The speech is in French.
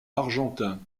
argentin